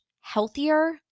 healthier